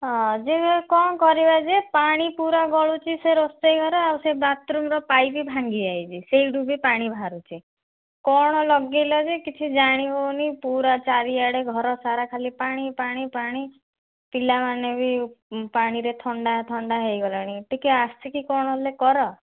ହଁ ଯେ କ'ଣ କରିବା ଯେ ପାଣି ପୁରା ଗଳୁଛି ସେ ରୋଷେଇ ଘର ଆଉ ସେ ବାଥରୁମ୍ର ପାଇପ୍ ଭାଙ୍ଗି ଯାଇଛି ସେଇଠୁ ବି ପାଣି ବାହାରୁଛି କ'ଣ ଲଗାଇଲ ଯେ କିଛି ଜାଣିହେଉନି ପୁରା ଚାରିଆଡ଼େ ଘରସାରା ଖାଲି ପାଣି ପାଣି ପାଣି ପିଲାମାନେ ବି ପାଣିରେ ଥଣ୍ଡା ଥଣ୍ଡା ହେଇଗଲାଣି ଟିକେ ଆସିକି କ'ଣ ହେଲେ କର